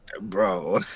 bro